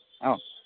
অঁ